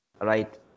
right